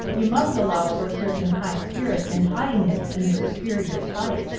you must allow for a certain high spirit and haughtiness in the superior type.